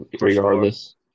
regardless